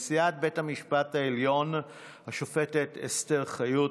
נשיאת בית המשפט העליון השופטת אסתר חיות,